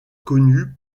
connue